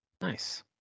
Nice